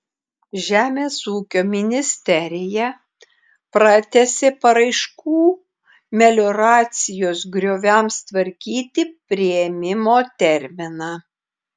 žemės ūkio ministerija pratęsė paraiškų melioracijos grioviams tvarkyti priėmimo terminą